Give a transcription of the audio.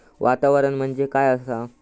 वातावरण म्हणजे काय आसा?